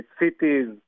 cities